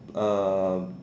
uh